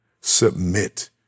Submit